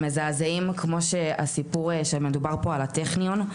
ומזעזעים, כמו הסיפור שמדובר פה על הטכניון.